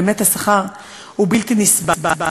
באמת, השכר הוא בלתי נסבל.